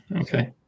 Okay